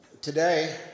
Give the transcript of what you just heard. today